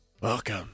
Welcome